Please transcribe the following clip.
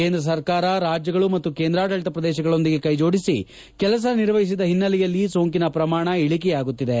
ಕೇಂದ್ರ ಸರ್ಕಾರ ರಾಜ್ಜಗಳು ಮತ್ತು ಕೇಂದ್ರಾಡಳಿತ ಪ್ರದೇಶಗಳೊಂದಿಗೆ ಕೈಜೋಡಿಸಿ ಕೆಲಸ ನಿರ್ವಹಿಸಿದ ಹಿನ್ನೆಲೆಯಲ್ಲಿ ಸೋಂಕಿನ ಪ್ರಮಾಣ ಇಳಿಕೆಯಾಗುತ್ತಿದೆ